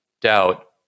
doubt